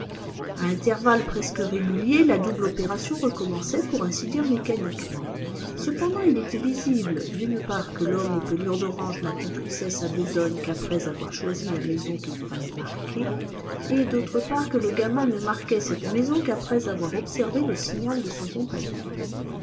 à intervalles presque réguliers la double opération recommençait pour ainsi dire mécaniquement cependant il était visible d'une part que l'homme aux pelures d'orange n'accomplissait sa besogne qu'après avoir choisi la maison qu'il fallait marquer et d'autre part que le gamin ne marquait cette maison qu'après avoir observé le signal de son compagnon